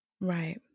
right